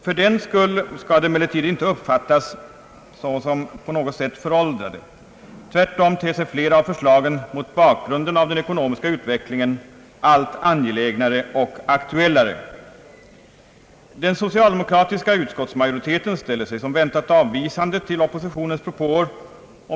Fördenskull skall de emellertid inte uppfattas som på något sätt föråldrade — tvärtom ter sig flera av förslagen mot bakgrunden av den ekonomiska utvecklingen allt angelägnare och aktuellare. Den socialdemokratiska utskottsmajoriteten ställer sig som väntat avvisande till oppositionens propåer.